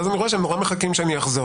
ואז אני רואה שהם נורא מחכים שאני אחזור.